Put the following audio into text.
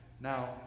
now